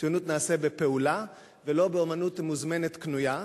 ציונות נעשית בפעולה ולא באמנות מוזמנת, קנויה.